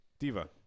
Diva